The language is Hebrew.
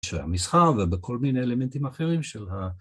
של המסחר ובכל מיני אלמנטים אחרים של ה...